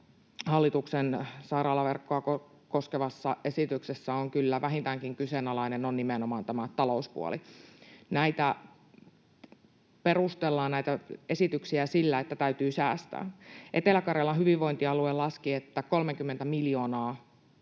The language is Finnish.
hallituksen sairaalaverkkoa koskevassa esityksessä on kyllä vähintäänkin kyseenalainen, on nimenomaan tämä talouspuoli. Näitä esityksiä perustellaan sillä, että täytyy säästää. Etelä-Karjalan hyvinvointialue laski, että 30 miljoonaa